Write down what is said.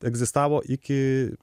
egzistavo iki